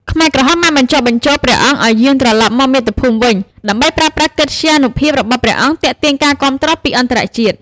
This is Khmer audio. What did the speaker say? ខ្មែរក្រហមបានបញ្ចុះបញ្ចូលព្រះអង្គឱ្យយាងត្រឡប់មកមាតុភូមិវិញ ដើម្បីប្រើប្រាស់កិត្យានុភាពរបស់ព្រះអង្គទាក់ទាញការគាំទ្រពីអន្តរជាតិ។